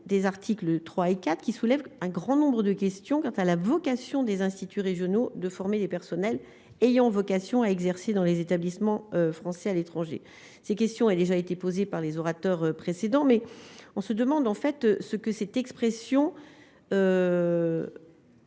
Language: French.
des articles 3 et 4 qui soulève un grand nombre de questions quant à la vocation des instituts régionaux de former les personnels ayant vocation à exercer dans les établissements français à l'étranger ces questions, a déjà été posée par les orateurs précédents mais on se demande, en fait, ce que cette expression